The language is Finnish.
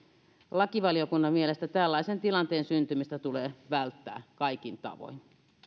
lakivaliokunnan mielestä tällaisen tilanteen syntymistä tulee välttää kaikin tavoin